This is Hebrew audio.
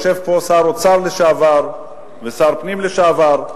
יושב פה שר אוצר לשעבר ושר פנים לשעבר.